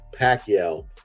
Pacquiao